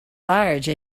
large